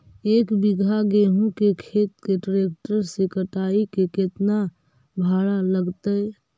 एक बिघा गेहूं के खेत के ट्रैक्टर से कटाई के केतना भाड़ा लगतै?